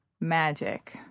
magic